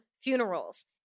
funerals